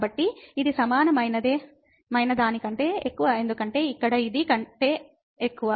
కాబట్టి ఇది సమానమైన దానికంటే ఎక్కువ ఎందుకంటే ఇక్కడ ఇది కంటే ఎక్కువ